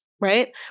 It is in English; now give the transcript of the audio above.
right